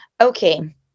Okay